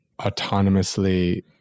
autonomously